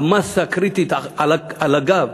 המאסה הקריטית על הגב,